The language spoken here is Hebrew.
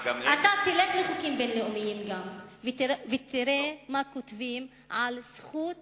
תלך לחוקים בין-לאומיים ותראה מה כותבים על זכות